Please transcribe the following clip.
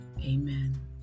amen